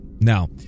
Now